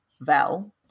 Val